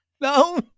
No